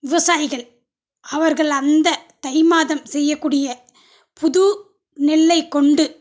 விவசாயிகள் அவர்கள் அந்த தை மாதம் செய்யக்கூடிய புது நெல்லை கொண்டு